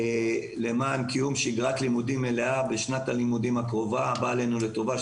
למען קיום שגרת לימודים מלאה בשנת הלימודים הקרובה הבאה עלינו לטובה,